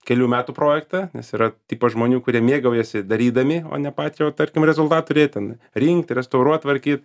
kelių metų projektą nes yra tipas žmonių kurie mėgaujasi darydami o ne pačio tarkim rezultato turėt ten rinkt restauruot tvarkyt